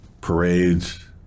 parades